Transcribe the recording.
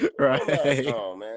Right